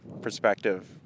perspective